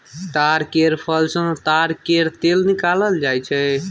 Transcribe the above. ताड़ केर फर सँ ताड़ केर तेल निकालल जाई छै